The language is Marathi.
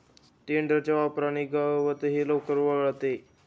टेडरच्या वापराने गवतही लवकर वाळते